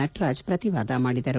ನಟರಾಜ್ ಪ್ರತಿವಾದ ಮಾಡಿದರು